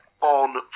on